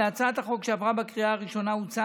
בהצעת החוק שעברה בקריאה הראשונה הוצע